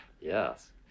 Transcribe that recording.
yes